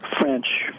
French